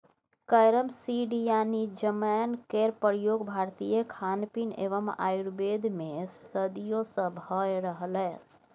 carrom seed यानी जमैन केर प्रयोग भारतीय खानपीन एवं आयुर्वेद मे सदियों सँ भ रहलैए